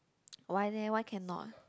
why leh why cannot